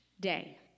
day